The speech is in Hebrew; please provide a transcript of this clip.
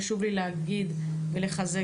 חשוב לי להגיד ולחזק,